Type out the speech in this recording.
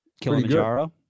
Kilimanjaro